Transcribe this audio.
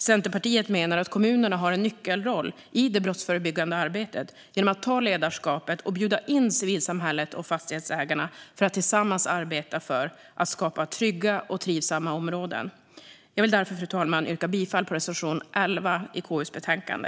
Centerpartiet menar att kommunerna har en nyckelroll i det brottsförebyggande arbetet genom att ta ledarskapet och bjuda in civilsamhället och fastighetsägarna för att tillsammans arbeta för att skapa trygga och trivsamma områden. Jag vill därför, fru talman, yrka bifall till reservation 11 i KU:s betänkande.